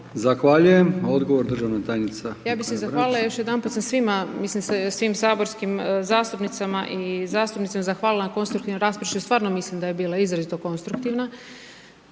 Brnjac. **Brnjac, Nikolina** Ja bi se zahvalila još jedanput svima, mislim svim saborskim zastupnicama i zastupnicima, zahvalila na konstruktivnoj raspravi što stvarno mislim da je bila izrazito konstruktivna.